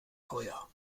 feuer